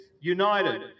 united